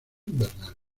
invernal